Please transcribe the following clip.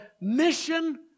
Mission